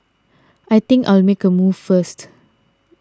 I think I'll make a move first